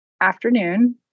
afternoon